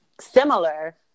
similar